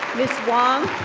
miss wong